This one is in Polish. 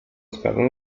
sprawę